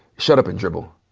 shut up and dribble.